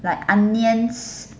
like onions